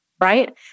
right